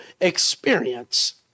experience